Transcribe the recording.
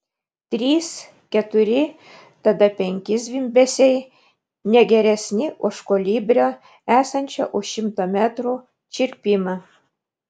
trys keturi tada penki zvimbesiai ne garsesni už kolibrio esančio už šimto metrų čirpimą